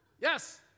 Yes